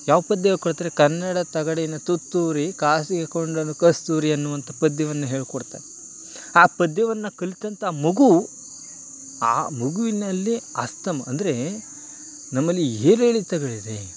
ಯಾವ ಪದ್ಯ ಹೇಳ್ಕೊಡ್ತಾರೆ ಕನ್ನಡ ತಗಡಿನ ತುತ್ತೂರಿ ಕಾಸಿಗೆ ಕೊಂಡನು ಕಸ್ತೂರಿ ಅನ್ನುವಂತ ಪದ್ಯವನ್ನು ಹೇಳ್ಕೊಡ್ತಾರೆ ಆ ಪದ್ಯವನ್ನು ಕಲಿತಂತ ಮಗು ಆ ಮಗುವಿನಲ್ಲಿ ಅಸ್ತಮ ಅಂದರೆ ನಮ್ಮಲ್ಲಿ ಏರಿಳಿತಗಳಿದೆ